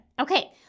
Okay